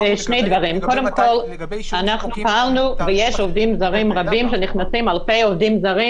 יש עובדים זרים שנכנסים, אלפי עובדים זרים.